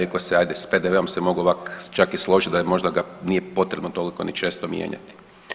Iako se ajde s PDV-om se mogu ovak čak i složit da je možda ga nije potrebno toliko ni često mijenjati.